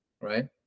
right